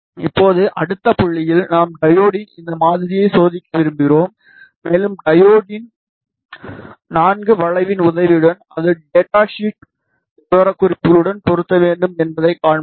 இப்போது அடுத்த புள்ளியில் நாம் டையோட்டின் இந்த மாதிரியை சோதிக்க விரும்புகிறோம் மேலும் டையோட்டின் IV வளைவின் உதவியுடன் அது டேட்டா ஷீட் விவரக்குறிப்புகளுடன் பொருந்த வேண்டும் என்பதைக் காண்போம்